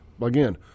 Again